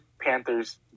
Panthers